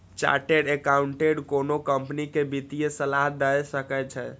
chartered accountant कोनो company कें वित्तीय सलाह दए सकै छै